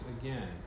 again